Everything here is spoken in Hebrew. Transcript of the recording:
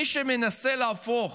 מי שמנסה להפוך